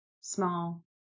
small